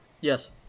Yes